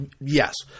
Yes